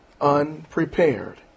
unprepared